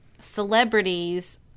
celebrities –